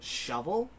shovel